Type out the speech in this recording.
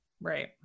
Right